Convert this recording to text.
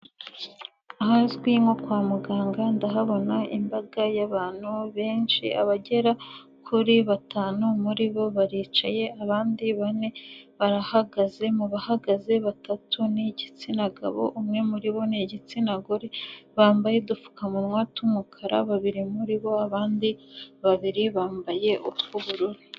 Ahazwi nko kwa muganga ndahabona imbaga y'abantu benshi, abagera kuri batanu muri bo baricaye abandi bane barahagaze, mu bahagaze batatu ni igitsina gabo, umwe muri bo ni igitsina gore, bambaye udupfukamunwa tw'umukara babiri muri bo, abandi babiri bambaye utw'ubururu.